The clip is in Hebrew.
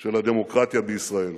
של הדמוקרטיה בישראל.